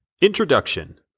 Introduction